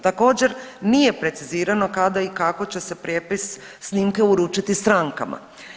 Također nije precizirano kada i kako će se prijepis snimke uručiti strankama.